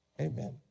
Amen